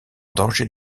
danger